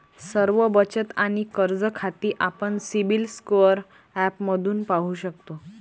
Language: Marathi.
सर्व बचत आणि कर्ज खाती आपण सिबिल स्कोअर ॲपमध्ये पाहू शकतो